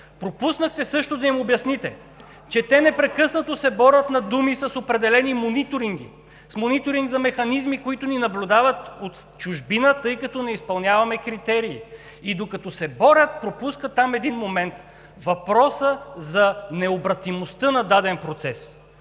Пропуснахте също да им обясните, че те на думи непрекъснато се борят с определени мониторинги за механизми, с които ни наблюдават от чужбина, тъй като не изпълняваме критерии. И докато се борят, пропускат там един момент – въпроса за необратимостта на даден процес